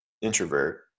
introvert